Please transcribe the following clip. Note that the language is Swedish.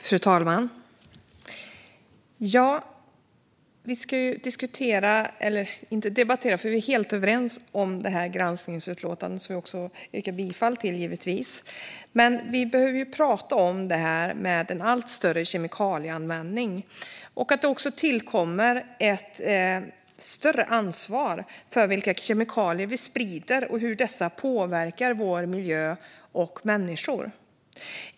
Fru talman! Vi är egentligen helt överens om det här granskningsutlåtandet, som jag också yrkar bifall till. Men vi behöver ändå prata om detta med en allt större kemikalieanvändning. Med en allt större kemikalieanvändning kommer ett större ansvar för vilka kemikalier vi sprider och hur dessa påverkar miljö och människor.